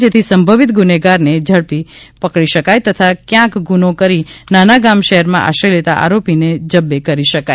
જેથી સંભવિત ગુનેગારને ઝડપી શકાય તથા ક્યાંક ગુનો કરી નાના ગામ શહેરમાં આશ્રય લેતા આરોપીને ઝબ્બે કરી શકાય